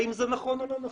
האם זה נכון או לא נכון?